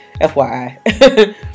FYI